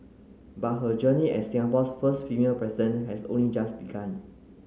but her journey as Singapore's first female President has only just begun